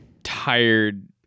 tired